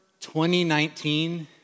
2019